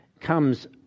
comes